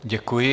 Děkuji.